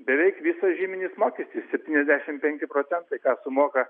beveik visas žyminis mokestis septyniasdešimt penki procentai ką sumoka